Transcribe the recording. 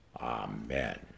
Amen